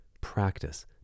Practice